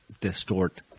distort